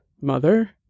Mother